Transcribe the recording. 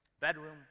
bedroom